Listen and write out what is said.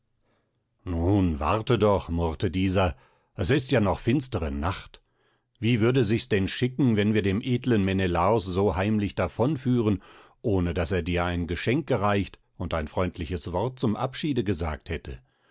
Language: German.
nun warte doch murrte dieser es ist ja noch finstere nacht wie würde sich's denn schicken wenn wir dem edlen menelaos so heimlich davon führen ohne daß er dir ein geschenk gereicht und ein freundliches wort zum abschiede gesagt hätte